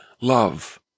love